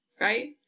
right